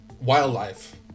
wildlife